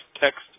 text